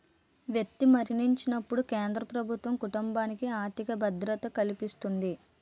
వ్యక్తి మరణించినప్పుడు కేంద్ర ప్రభుత్వం కుటుంబానికి ఆర్థిక భద్రత కల్పిస్తుంది